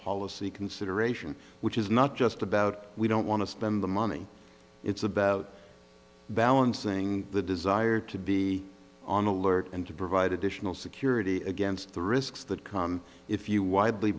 policy consideration which is not just about we don't want to spend the money it's about balancing the desire to be on alert and to provide additional security against the risks that come if you widely